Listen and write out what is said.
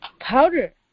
powder